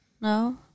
No